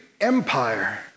empire